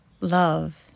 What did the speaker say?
love